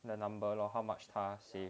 the number lor how much 他 save